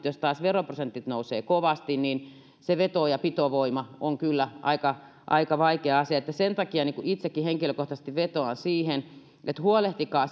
jos taas veroprosentit nousevat kovasti niin se veto ja pitovoima on kyllä aika aika vaikea asia sen takia itsekin henkilökohtaisesti vetoan siihen että huolehtikaa